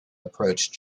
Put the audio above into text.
approached